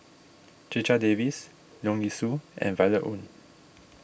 Checha Davies Leong Yee Soo and Violet Oon